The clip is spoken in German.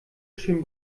schön